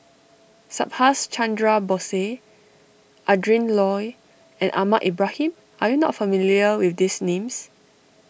Subhas Chandra Bose Adrin Loi and Ahmad Ibrahim are you not familiar with these names